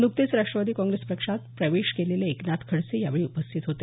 नुकतेच राष्ट्रवादी काँग्रेस पक्षात प्रवेश केलेले एकनाथ खडसे यावेळी उपस्थीत होते